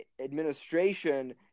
administration